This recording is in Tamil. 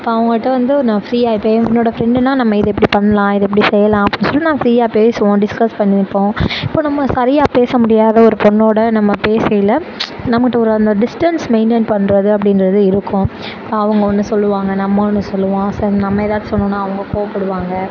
இப்போ அவங்ககிட்ட வந்து நான் ஃப்ரீயாக இப்போ என்னோட ஃப்ரெண்டுன்னா நம்ம இதை இப்படி பண்ணலாம் இதை இப்படி செய்யலாம் அப்படின் சொல்லிட்டு நாங்கள் ஃப்ரீயாக பேசுவோம் டிஸ்கஸ் பண்ணியிப்போம் இப்போ நம்ம சரியாக பேச முடியாத ஒரு பொண்ணோட நம்ம பேசையில் நம்மகிட்ட ஒரு அந்த டிஸ்டன்ஸ் மெயின்டெயின் பண்ணுறது அப்படின்றது இருக்கும் அவங்க ஒன்று சொல்லுவாங்க நம்ம ஒன்று சொல்லுவோம் சரி நம்ம எதாச்சு சொன்னோன்னா அவங்க கோவப்படுவாங்க